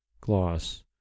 Gloss